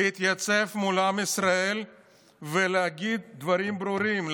להתייצב מול עם ישראל ולהגיד דברים ברורים,